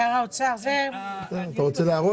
שר האוצר --- אתה רוצה להרוס?